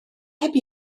heb